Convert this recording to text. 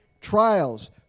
trials